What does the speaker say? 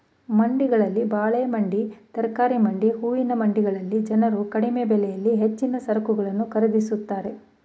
ಮಂಡಿಗಳಲ್ಲಿ ಬಾಳೆ ಮಂಡಿ, ತರಕಾರಿ ಮಂಡಿ, ಹೂವಿನ ಮಂಡಿಗಳಲ್ಲಿ ಜನರು ಕಡಿಮೆ ಬೆಲೆಯಲ್ಲಿ ಹೆಚ್ಚಿನ ಸರಕುಗಳನ್ನು ಖರೀದಿಸುತ್ತಾರೆ